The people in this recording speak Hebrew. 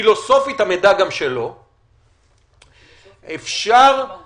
פילוסופית המידע גם שלו --- לא פילוסופית,